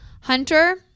Hunter